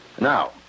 Now